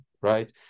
right